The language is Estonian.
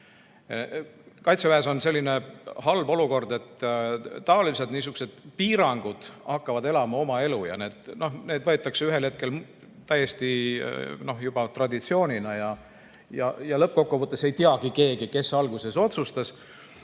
Kaitseväes on selline halb olukord, et niisugused piirangud hakkavad elama oma elu ja neid võetakse ühel hetkel juba traditsioonina. Lõppkokkuvõttes ei teagi keegi, kes alguses otsustas.